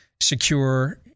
secure